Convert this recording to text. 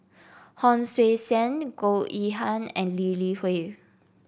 Hon Sui Sen Goh Yihan and Lee Li Hui